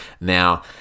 Now